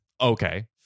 Okay